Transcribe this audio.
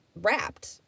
wrapped